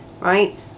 right